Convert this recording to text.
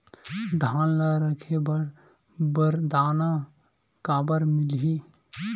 धान ल रखे बर बारदाना काबर मिलही?